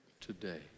today